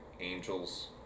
angels